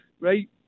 right